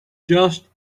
just